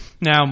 Now